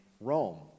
Rome